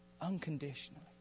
Unconditionally